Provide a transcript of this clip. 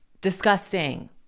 Disgusting